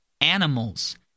animals